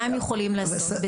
מה הם יכולים לעשות בזה?